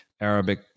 Arabic